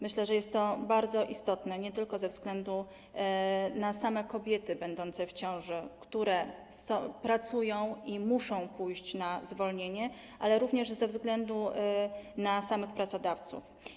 Myślę, że jest to bardzo istotne nie tylko ze względu na same kobiety będące w ciąży, które pracują i muszą pójść na zwolnienie, ale również ze względu na samych pracodawców.